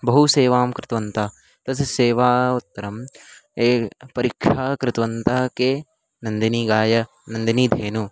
बहु सेवां कृत्वन्तः तस्याः सेवायाः उत्तरम् एषा परीक्षा कृतवन्तः के नन्दिनीं गां नन्दिनीं धेनुं